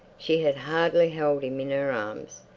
she had hardly held him in her arms.